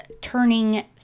turning